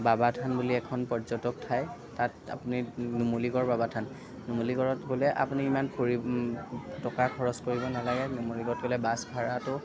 বাবা থান বুলি এখন পৰ্যটক ঠাই তাত আপুনি নুমলীগড় বাবা থান নুমলীগড়ত গ'লে আপুনি ইমান ঘূৰি টকা খৰচ কৰিব নালাগে নুমলীগড় গ'লে বাছ ভাড়াটো